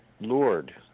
Lord